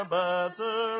better